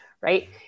right